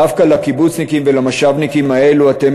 דווקא לקיבוצניקים ולמושבניקים האלו אתם